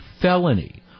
felony